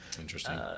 Interesting